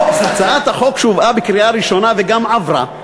הצעת החוק שהובאה לקריאה ראשונה, וגם עברה,